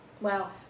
Wow